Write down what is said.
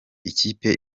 ikipe